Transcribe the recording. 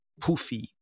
poofy